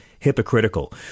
hypocritical